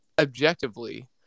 objectively